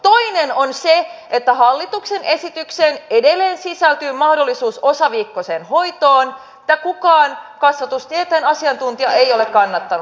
toinen on se että hallituksen esitykseen edelleen sisältyy mahdollisuus osaviikkoiseen hoitoon mitä kukaan kasvatustieteen asiantuntija ei ole kannattanut